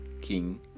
king